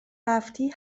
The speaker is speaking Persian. رفتی